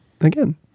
again